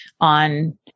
on